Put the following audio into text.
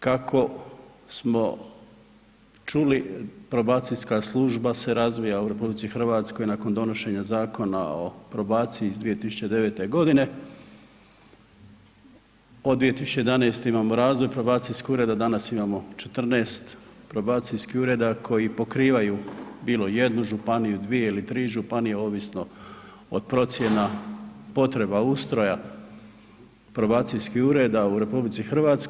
Kako smo čuli probacijska služba se razvija u RH nakon donošenja Zakona o probaciji iz 2009. godine, od 2011. imamo razvoj probacijskih ureda, danas imamo 14 probacijskih ureda koji pokrivaju bilo 1 županiju, 2 ili 3 županije ovisno od procjena potreba ustroja probacijskih ureda u RH.